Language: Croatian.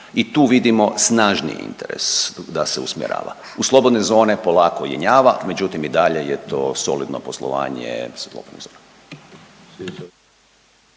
i tu vidimo snažni interes sa se usmjerava. U slobodne zone polako jenjava međutim i dalje je to solidno poslovanje … **Sanader,